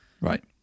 Right